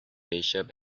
bishop